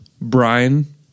brian